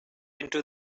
into